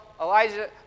Elijah